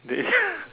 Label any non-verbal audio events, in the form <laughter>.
they <laughs>